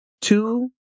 two